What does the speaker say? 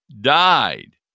died